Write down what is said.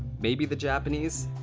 maybe the japanese?